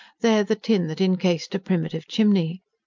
there the tin that encased a primitive chimney.